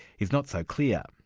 is not so clear.